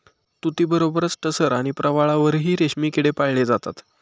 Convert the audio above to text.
तुतीबरोबरच टसर आणि प्रवाळावरही रेशमी किडे पाळले जातात